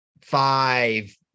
five